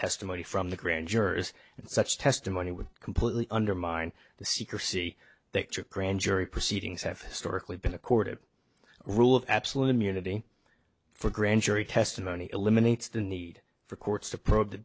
testimony from the grand jurors and such testimony would completely undermine the secrecy that took grand jury proceedings have historically been accorded rule of absolute immunity for grand jury testimony eliminates the need for courts to probe the